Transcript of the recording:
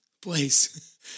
Place